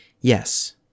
Yes